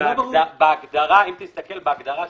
אם תסתכל בהגדרות,